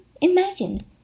imagine